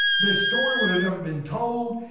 this story would have never been told.